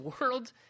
world